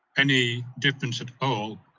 any difference at all.